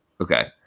Okay